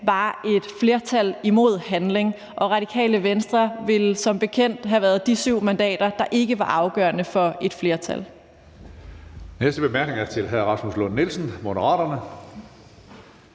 var et flertal imod handling. Og Radikale Venstre ville som bekendt have været de syv mandater, der ikke var afgørende for et flertal.